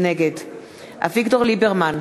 נגד אביגדור ליברמן,